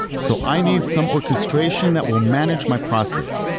so i need some orchestration that will manage my process.